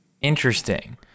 Interesting